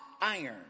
iron